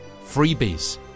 Freebies